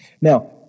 Now